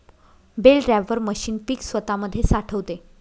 bell wrapper machine पीक स्वतामध्ये साठवते